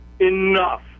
enough